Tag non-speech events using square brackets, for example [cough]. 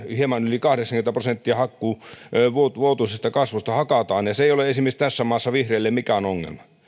[unintelligible] hieman yli kahdeksankymmentä prosenttia mikä vuotuisesta kasvusta hakataan ja se ei ole esimerkiksi siinä maassa vihreille mikään ongelma